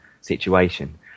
situation